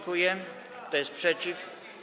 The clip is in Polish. Kto jest przeciw?